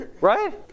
Right